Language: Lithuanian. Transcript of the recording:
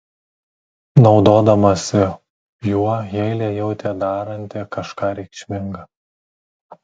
naudodamasi juo heilė jautė daranti kažką reikšminga